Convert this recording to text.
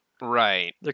Right